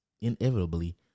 inevitably